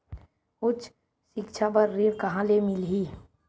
उच्च सिक्छा बर ऋण कहां ले मिलही?